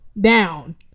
down